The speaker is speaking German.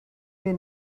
mir